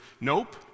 nope